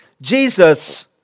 Jesus